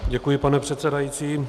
Děkuji, pane předsedající.